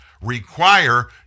require